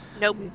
Nope